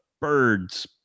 birds